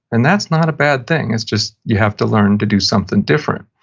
and that's not a bad thing. it's just you have to learn to do something different.